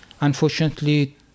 unfortunately